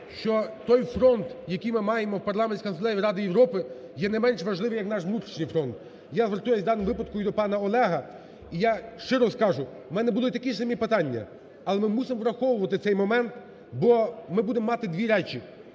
що той фронт, який ми маємо в Парламентській асамблеї Ради Європи, є не менш важливий, як наш внутрішній фронт. Я звертаюся в даному випадку і до пана Олега. І я щиро скажу, у мене були такі самі питання, але ми мусимо враховувати цей момент, бо ми будемо мати дві речі.